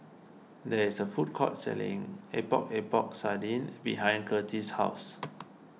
there is a food court selling Epok Epok Sardin behind Curtis' house